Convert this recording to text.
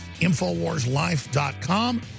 InfoWarsLife.com